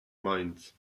mainz